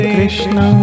Krishna